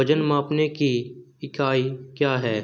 वजन मापने की इकाई क्या है?